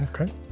Okay